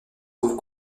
aux